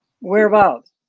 Whereabouts